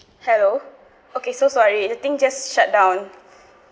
hello okay so sorry the thing just shut down